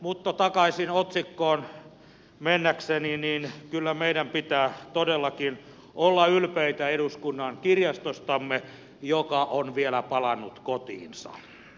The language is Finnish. mutta takaisin otsikkoon mennäkseni kyllä meidän pitää todellakin olla ylpeitä eduskunnan kirjastostamme joka on vielä palannut kotiinsa